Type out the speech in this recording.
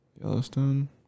Yellowstone